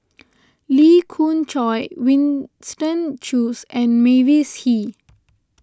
Lee Khoon Choy Winston Choos and Mavis Hee